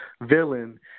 villain